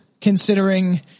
considering